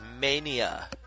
mania